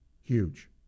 Huge